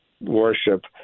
worship